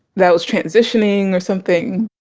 that was transitioning or something